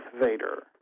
Vader